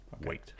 Wait